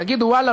יגידו ואללה,